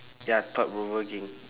ya thought-provoking